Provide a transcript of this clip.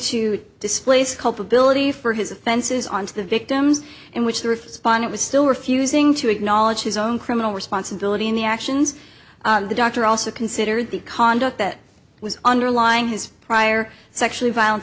to displace culpability for his offenses onto the victims in which the respondent was still refusing to acknowledge his own criminal responsibility in the actions the doctor also considered the conduct that was underlying his prior sexually violent